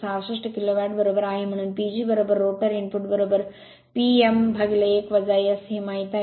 666 kilowatt बरोबर आहे म्हणून PG rotor input P m1 S हे माहित आहे